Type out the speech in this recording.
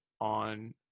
on